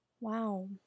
Wow